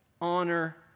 Honor